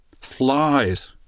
Flies